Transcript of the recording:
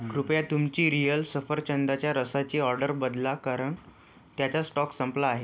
कृपया तुमची रियल सफरचंदाच्या रसाची ऑर्डर बदला कारण त्याचा स्टॉक संपला आहे